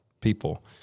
people